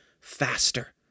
Faster